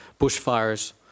bushfires